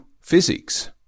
physics